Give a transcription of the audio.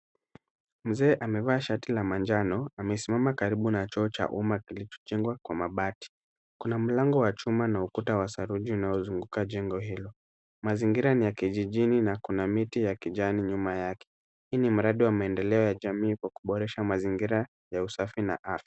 Mzee amevaa shati la manjano, amesimama karibu na choo cha uma kilichojengwa kwa mabati. Kuna mlango wa chuma na ukuta wa saruji unaozunguka jengo hilo. Mazingira ni ya kijijini na kuna miti ya kijani nyuma yake. Hii ni mradi wa maendeleo ya jamii kwa kuboresha mazingira ya usafi na afya.